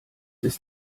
ist